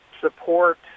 support